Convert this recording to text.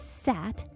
sat